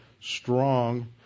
strong